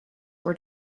were